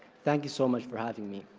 thank you so much for having me.